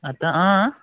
అత